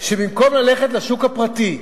שבמקום ללכת לשוק הפרטי,